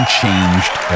changed